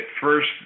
first